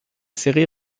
série